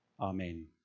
Amen